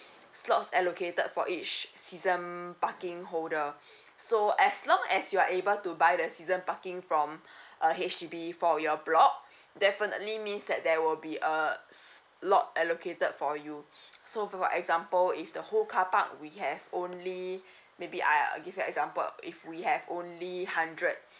slots allocated for each season parking holder so as long as you are able to buy the season parking from uh H_D_B for your block definitely means that there will be a slot allocated for you so for example if the whole car park we have only maybe I uh give you example if we only hundred